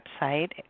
website